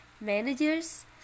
managers